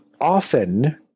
often